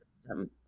system